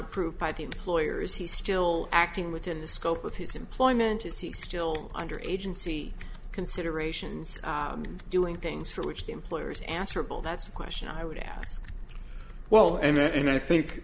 approved by the employer is he still acting within the scope of his employment is he still under agency considerations doing things for which the employers answerable that's a question i would ask well and that and i think